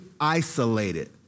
isolated